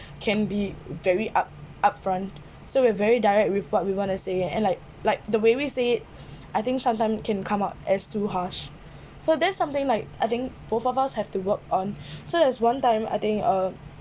can be very up upfront so we are very direct with what we want to say and like like the way we say it I think sometime can come out as too harsh so there is something like I think both of us have to work on so there is one time I think uh